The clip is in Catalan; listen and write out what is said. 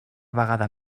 vegada